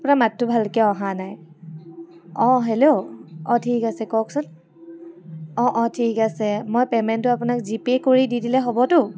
আপোনাৰ মাতটো ভালকৈ অহা নাই অ' হেল্ল' অ' ঠিক আছে কওকচোন অ' অ' ঠিক আছে মই পে'মেণ্টটো আপোনাক জিপে' কৰি দি দিলে হ'বটো